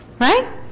right